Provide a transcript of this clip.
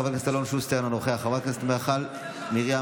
חברת הכנסת עאידה